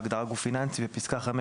בהגדרה "גוף פיננסי" - בפסקה (5),